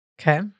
okay